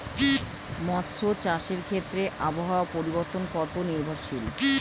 মৎস্য চাষের ক্ষেত্রে আবহাওয়া পরিবর্তন কত নির্ভরশীল?